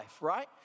right